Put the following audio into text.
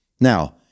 Now